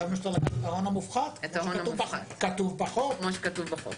חשבנו שצריך לקחת את ההון המופחת כמו שכתוב בחוק.